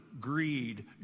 greed